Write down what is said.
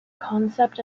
concept